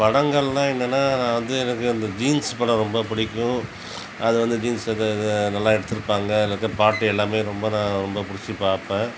படங்கள்லாம் என்னன்னா வந்து எனக்கு அந்த ஜீன்ஸ் படம் ரொம்ப பிடிக்கும் அது வந்து ஜீன்ஸ் நல்லா எடுத்திருப்பாங்க அதில் இருக்க பாட்டு எல்லாம் ரொம்ப தான் ரொம்ப பிடிச்சி பாப்பேன்